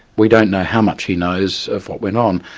we don't know how much he knows of what went on.